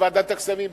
בוועדת הכספים,